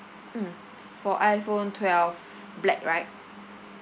mm for iphone twelve black right